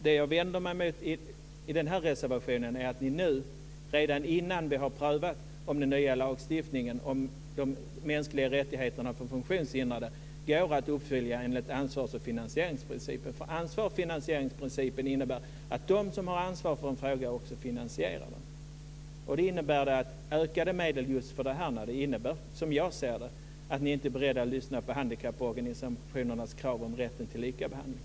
Det jag vänder mig mot är att ni i reservationen vill göra det här redan nu, innan vi har prövat om den nya lagstiftningen om de mänskliga rättigheterna för funktionshindrade går att följa upp enligt ansvarsoch finansieringsprincipen. Ansvars och finansieringsprincipen innebär att de som har ansvar för en fråga också finansierar den. Ökade medel för just det här innebär, som jag ser det, att ni inte är beredda att lyssna på handikapporganisationernas krav om rätt till lika behandling.